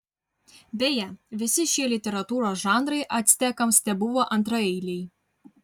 beje visi šie literatūros žanrai actekams tebuvo antraeiliai